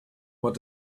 what